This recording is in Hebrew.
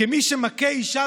כמי שמכה אישה